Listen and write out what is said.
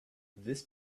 this